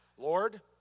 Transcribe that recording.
Lord